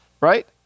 right